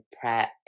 prep